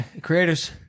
creators